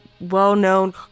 well-known